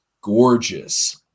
gorgeous